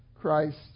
Christ